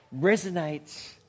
resonates